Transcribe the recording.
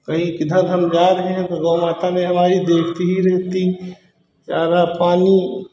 और एक इधर हम गाय है तो गौ माता ने हमारी देखती ही रहती चारा पानी